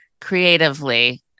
creatively